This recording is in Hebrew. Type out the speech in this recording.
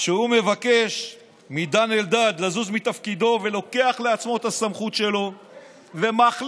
שהוא מבקש מדן אלדד לזוז מתפקידו ולוקח לעצמו את הסמכות שלו ומחליט.